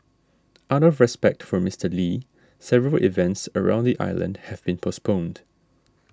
out of respect for Mister Lee several events around the island have been postponed